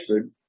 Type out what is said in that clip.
food